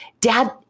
dad